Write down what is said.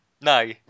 No